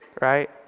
right